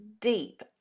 deep